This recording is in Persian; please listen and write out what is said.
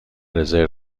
رزرو